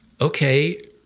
okay